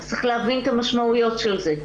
צריך להבין את המשמעויות של זה.